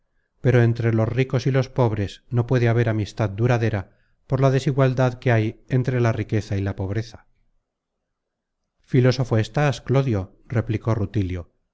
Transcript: pero entre los ricos y los pobres no puede haber amistad duradera por la desigualdad que hay entre la riqueza y la pobreza mos nuo content from google book search generated at filósofo estás clodio replicó rutilio